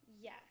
Yes